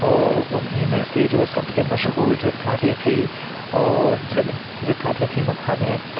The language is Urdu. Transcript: اور انہیں میں سے جو سب سے مشہور جو تاریخی اور جگہ جو تاریخی مقام ہیں